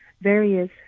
various